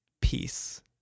peace